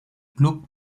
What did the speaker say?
club